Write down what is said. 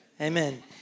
Amen